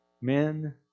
men